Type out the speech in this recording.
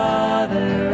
Father